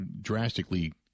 drastically